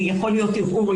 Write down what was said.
כי יכול להיות ערעור,